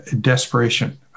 desperation